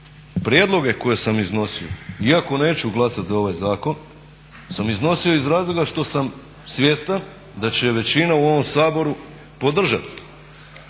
prijedloge koje sam iznosio iako neću glasati za ovaj zakon sam iznosio iz razloga što sam svjestan da će većina u ovom Saboru podržati